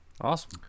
Awesome